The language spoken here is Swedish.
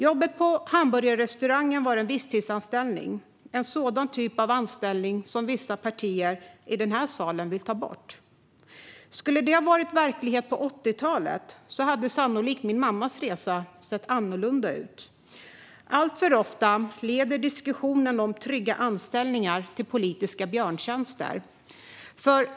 Jobbet på hamburgerrestaurangen var en visstidsanställning - en sådan typ av anställning som vissa partier i denna sal vill ta bort. Skulle det ha varit verklighet på 80-talet hade min mammas resa sannolikt sett annorlunda ut. Alltför ofta leder diskussionen om trygga anställningar till politiska björntjänster.